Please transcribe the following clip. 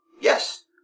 Yes